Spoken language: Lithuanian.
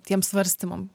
tiem svarstymam